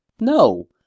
No